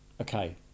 Okay